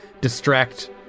distract